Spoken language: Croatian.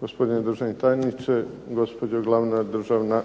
gospodine državni tajniče, gospođo glavna državna